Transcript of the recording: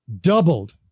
doubled